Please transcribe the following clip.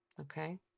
Okay